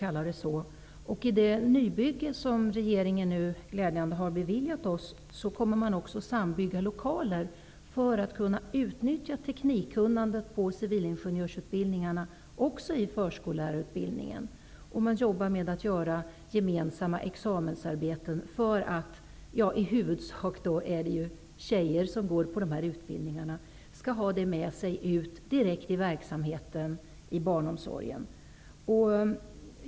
I det nybygge som regeringen glädjande nog nu har beviljat, kommer man också att sambygga lokaler, för att kunna utnyttja teknikkunnandet i civilingenjörsutbildningen också i förskollärarutbildningen. Man kommer att göra gemensamma examensarbeten, för att flickorna -- det är i huvudsak flickor som går dessa utbildningar -- skall ha med det ut i verksamheten i barnomsorgen.